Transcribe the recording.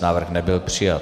Návrh nebyl přijat.